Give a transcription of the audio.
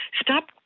Stop